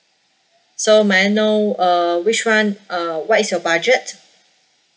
so may I know uh which one uh what is your budget